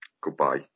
Goodbye